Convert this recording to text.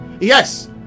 Yes